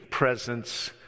presence